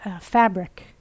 fabric